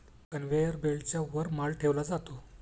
conveyor बेल्टच्या वर माल ठेवला जातो